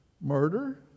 murder